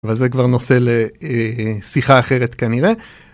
וזה כבר נושא לאה...אה...שיחה אחרת כנראה.